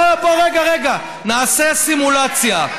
בואו רגע, רגע, נעשה סימולציה.